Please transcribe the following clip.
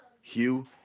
Hugh